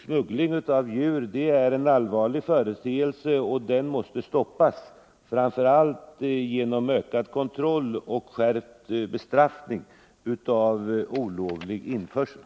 Smuggling av djur är en allvarlig företeelse och måste stoppas, framför allt genom ökad kontroll och skärpt bestraffning för oiovlig införsel.